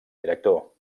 director